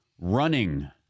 running